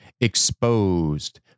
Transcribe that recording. exposed